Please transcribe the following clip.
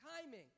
timing